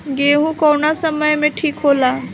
गेहू कौना समय मे ठिक होला?